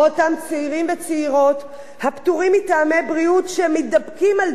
או אותם צעירים וצעירות הפטורים מטעמי בריאות שמתדפקים על